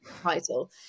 title